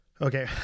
Okay